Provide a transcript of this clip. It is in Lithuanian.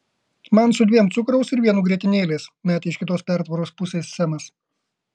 man su dviem cukraus ir vienu grietinėlės metė iš kitos pertvaros pusės semas